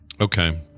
Okay